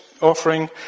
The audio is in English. offering